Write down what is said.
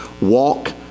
walk